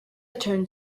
turned